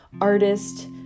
artist